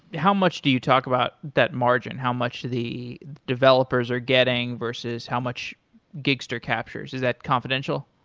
how much do you talk about that margin? how much the developers are getting versus how much gigster captures. is that confidential?